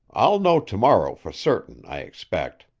i'll know to-morrow for certain, i expect.